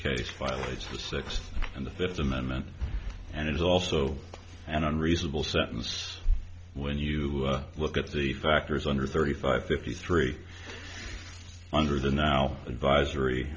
case violates the sixth and the fifth amendment and it is also an unreasonable sentence when you look at the factors under thirty five fifty three under the now advisory